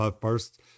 first